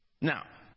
Now